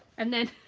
and then